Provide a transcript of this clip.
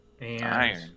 Iron